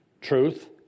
truth